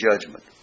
judgment